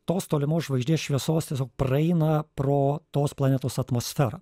tos tolimos žvaigždės šviesos tiesiog praeina pro tos planetos atmosferą